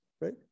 right